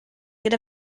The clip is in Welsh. gyda